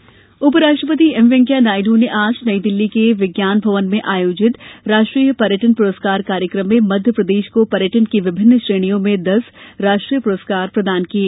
पर्यटन पुरस्कार उप राष्ट्रपति एम वेंकैया नायडू ने आज नई दिल्ली के विज्ञान भवन में आयोजित राष्ट्रीय पर्यटन प्रस्कार कार्यक्रम में मध्यप्रदेश को पर्यटन की विभिन्न श्रेणियों में दस राष्ट्रीय प्रस्कार प्रदान किये